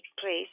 place